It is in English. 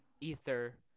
ether